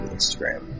Instagram